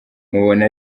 mubona